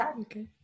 Okay